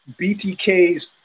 BTK's